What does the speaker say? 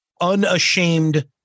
unashamed